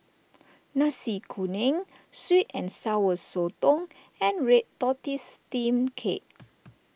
Nasi Kuning Sweet and Sour Sotong and Red Tortoise Steamed Cake